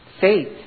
faith